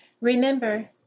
Remember